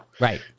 right